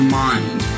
mind